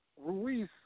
Ruiz